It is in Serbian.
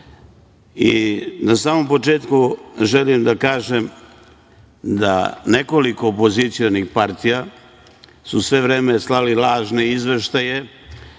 samom početku želim da kažem da nekoliko opozicionih partija su sve vreme slali lažne izveštaje,